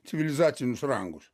civilizacinius rangus